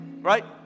right